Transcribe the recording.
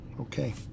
Okay